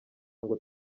ngo